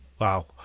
Wow